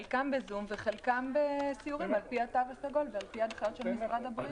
חלק בזום וחלקם בסיורים על פי התו הסגול ועל פי הנחיות של משרד הבריאות.